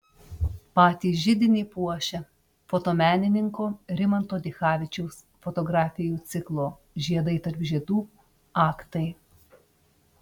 patį židinį puošia fotomenininko rimanto dichavičiaus fotografijų ciklo žiedai tarp žiedų aktai